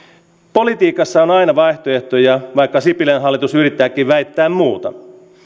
politiikassa on aina vaihtoehtoja vaikka sipilän hallitus yrittääkin väittää muuta